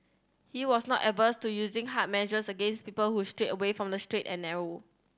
he was not averse to using harder measures against people who strayed away from the straight and narrow